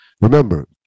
Remember